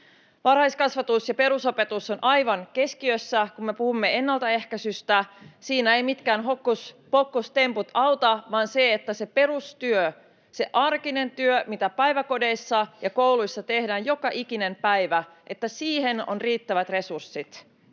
Varhaiskasvatus ja perusopetus ovat aivan keskiössä, kun me puhumme ennaltaehkäisystä. Siinä ei mitkään hokkuspokkustemput auta, vaan se, että siihen perustyöhön, siihen arkiseen työhön, mitä päiväkodeissa ja kouluissa tehdään joka ikinen päivä, on riittävät resurssit,